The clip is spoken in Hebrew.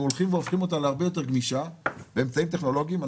אנחנו הולכים והופכים אותה להרבה יותר גמישה באמצעים טכנולוגיים.